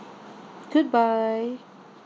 goodbye